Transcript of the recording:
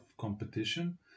competition